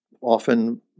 often